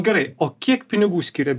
gerai o kiek pinigų skiria